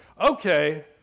Okay